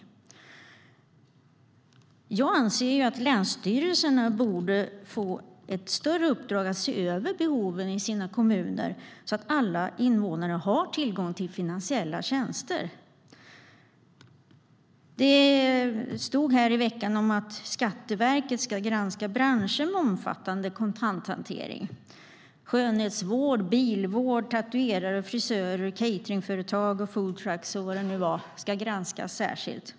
Jag anser att länsstyrelserna borde få ett större uppdrag i fråga om att se över behoven i sina kommuner så att alla invånare har tillgång till finansiella tjänster. Det stod i veckan att Skatteverket ska granska branscher med omfattande kontanthantering. Skönhetsvård, bilvård, tatuerare, frisörer, cateringföretag och food trucks och vad det nu var ska granskas särskilt.